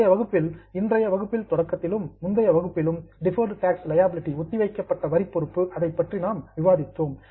முந்தைய வகுப்பில் இன்றைய வகுப்பில் தொடக்கத்திலும் டிஃபர்டு டேக்ஸ் லியாபிலிடி ஒத்திவைக்கப்பட்ட வரி பொறுப்பு அதைப்பற்றி நாம் விவாதித்தோம்